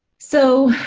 so